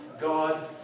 God